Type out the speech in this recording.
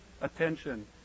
attention